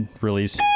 release